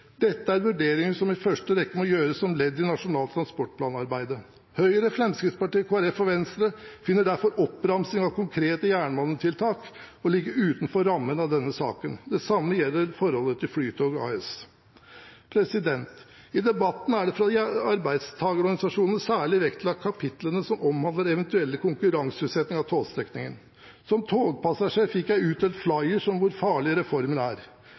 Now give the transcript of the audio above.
Dette er vurderinger som i første rekke må gjøres som ledd i Nasjonal transportplan-arbeidet. Høyre, Fremskrittspartiet, Kristelig Folkeparti og Venstre finner derfor en oppramsing av konkrete jernbanetiltak å ligge utenfor rammen av denne saken. Det samme gjelder forholdet til Flytoget AS. I debatten er det fra arbeidstagerorganisasjonene særlig vektlagt kapitlene som omhandler eventuell konkurranseutsetting av togstrekningene. Som togpassasjer fikk jeg utdelt flyers om hvor farlig reformen er.